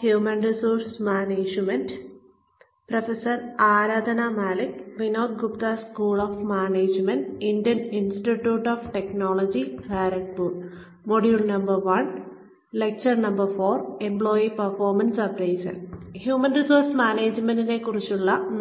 human resource മാനേജ്മെന്റിനെക്കുറിച്ചുള്ള